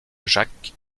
jacques